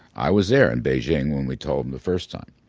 i was there in beijing when we told them the first time.